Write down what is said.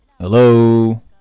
hello